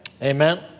Amen